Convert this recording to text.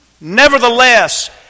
Nevertheless